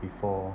before